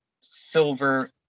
silver